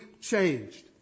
changed